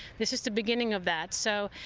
this is the beginning of that. so